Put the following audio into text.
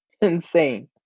insane